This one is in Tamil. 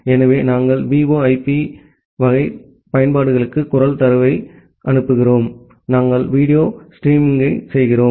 எனவே நாங்கள் VoIP வகை பயன்பாடுகளுக்கு குரல் தரவை அனுப்புகிறோம் நாங்கள் வீடியோ ஸ்ட்ரீமிங் செய்கிறோம்